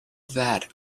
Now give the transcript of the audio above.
vat